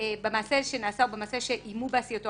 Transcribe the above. "במעשה שנעשה או במעשה שאיימו בעשייתו,